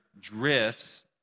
drifts